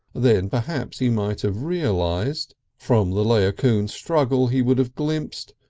then perhaps he might have realised from the laocoon struggle he would have glimpsed,